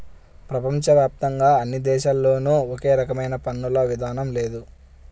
ప్రపంచ వ్యాప్తంగా అన్ని దేశాల్లోనూ ఒకే రకమైన పన్నుల విధానం లేదు